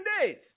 days